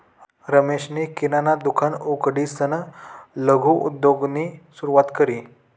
रमेशनी किराणा दुकान उघडीसन लघु उद्योगनी सुरुवात करी